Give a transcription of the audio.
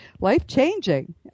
life-changing